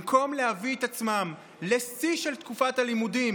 במקום להביא את עצמם לשיא של תקופת הלימודים